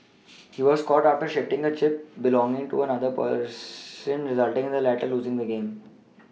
he was caught after shifting a chip belonging to another patron resulting in the latter losing the game